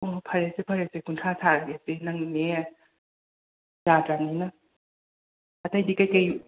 ꯑꯣ ꯐꯔꯦꯁꯦ ꯐꯔꯦꯁꯦ ꯀꯨꯟꯊ꯭ꯔꯥ ꯁꯥꯔꯒꯦꯁꯦ ꯅꯪꯅꯅꯦ ꯌꯥꯗ꯭ꯔꯕꯅꯤꯅ ꯑꯇꯩꯗꯤ ꯀꯩ ꯀꯩ